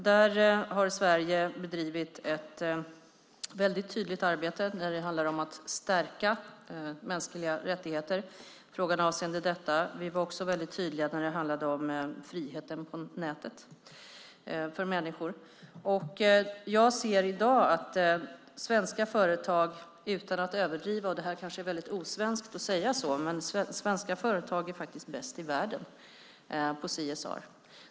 Där har Sverige bedrivit ett väldigt tydligt arbete när det handlar om att stärka mänskliga rättigheter och frågor avseende detta. Vi var också väldigt tydliga när det handlade om friheten på nätet för människor. Jag ser i dag att svenska företag utan att överdriva - det kanske är väldigt osvenskt att säga så - faktiskt är bäst i världen på CSR.